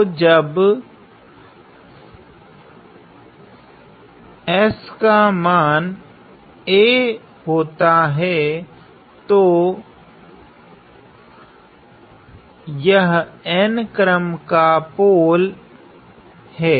तो जब एस का मान a होता है तो यह n क्रम का पोल हैं